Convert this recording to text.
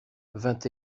vingt